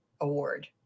award